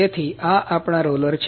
તેથી આ આપણા રોલર છે